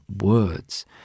words